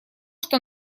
что